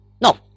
No